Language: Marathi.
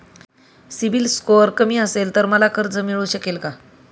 सिबिल स्कोअर कमी असेल तर मला कर्ज मिळू शकेल का?